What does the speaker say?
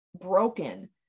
broken